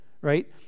right